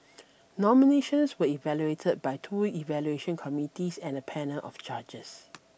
nominations were evaluated by two evaluation committees and a panel of judges